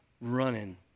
running